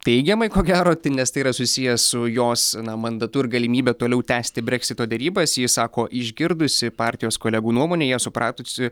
teigiamai ko gero nes tai yra susiję su jos na mandatu ir galimybe toliau tęsti breksito derybas ji sako išgirdusi partijos kolegų nuomonę ją supratusi